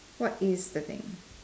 what is the thing